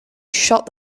shut